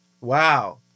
Wow